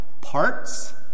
parts